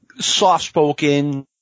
soft-spoken